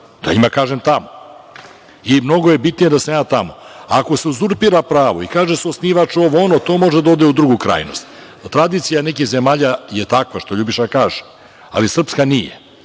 Da njima kažem tamo. I mnogo je bitnije da sam ja tamo. Ako se uzurpira pravo i kaže se - osnivač, ovo, ono, to može da ode u drugu krajnost. Tradicija nekih zemalja je takva, što Ljubiša kaže, ali srpska nije.